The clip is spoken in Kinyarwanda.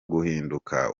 guhinduka